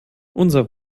unser